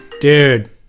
Dude